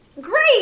great